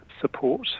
support